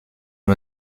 une